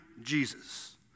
Jesus